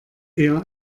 eher